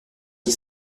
qui